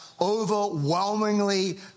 overwhelmingly